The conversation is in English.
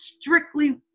strictly